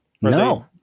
No